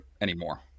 anymore